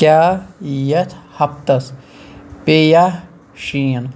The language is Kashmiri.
کیٛاہ یتھ ہَفتس پیٚیا یا شیٖن